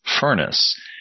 furnace